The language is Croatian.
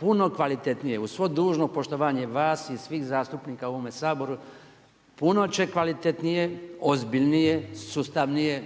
puno kvalitetnije uz svo dužno poštovanje vas i svih zastupnika u ovome Saboru, puno će kvalitetnije, ozbiljnije, sustavnije